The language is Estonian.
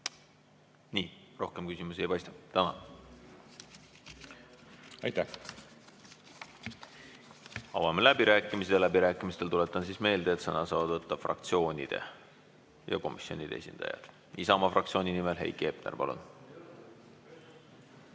Nii. Rohkem küsimusi ei paista. Tänan! Aitäh! Avame läbirääkimised ja läbirääkimistel, tuletan meelde, saavad sõna võtta fraktsioonide ja komisjonide esindajad. Isamaa fraktsiooni nimel Heiki Hepner, palun!